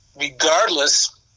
regardless